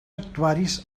actuaris